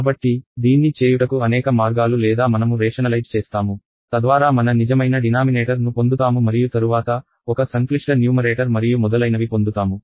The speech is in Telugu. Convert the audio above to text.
కాబట్టి దీన్ని చేయుటకు అనేక మార్గాలు లేదా మనము రేషనలైజ్ చేస్తాము తద్వారా మన నిజమైన డినామినేటర్ ను పొందుతాము మరియు తరువాత ఒక సంక్లిష్ట న్యూమరేటర్ మరియు మొదలైనవి పొందుతాము